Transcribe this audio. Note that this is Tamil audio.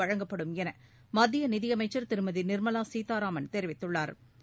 வழங்கப்படும் என மத்திய நிதியமைச்சா் திருமதி நிாமலா சீதாராமன் தெரிவித்துள்ளாா்